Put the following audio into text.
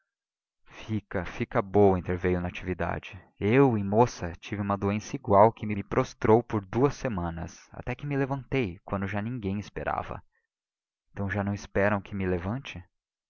fica fica boa interveio natividade eu em moça tive uma doença igual que me prostrou por duas semanas até que me levantei quando já ninguém esperava então já não esperam que me levante